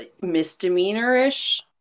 misdemeanor-ish